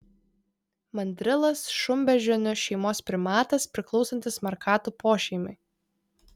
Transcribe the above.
mandrilas šunbeždžionių šeimos primatas priklausantis markatų pošeimiui